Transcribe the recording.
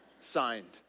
signed